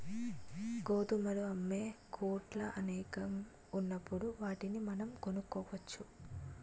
గోధుమలు అమ్మే కొట్లు అనేకం ఉన్నప్పుడు వాటిని మనం కొనుక్కోవచ్చు